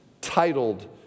titled